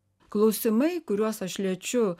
klausimai kuriuos aš liečiu